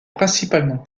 principalement